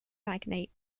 magnate